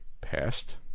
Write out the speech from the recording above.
Passed